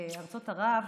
מארצות ערב.